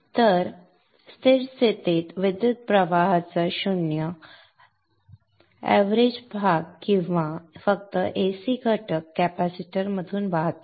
तर स्थिर स्थितीत विद्युत् प्रवाहाचा शून्य सरासरी भाग किंवा फक्त ac घटक कॅपेसिटरमधून वाहतो